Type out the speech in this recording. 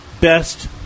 Best